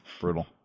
brutal